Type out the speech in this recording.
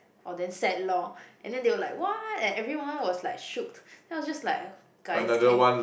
orh then sad lor and then they were like what and everyone was like shooked then I was just like guys can